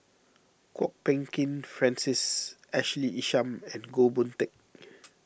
Kwok Peng Kin Francis Ashley Isham and Goh Boon Teck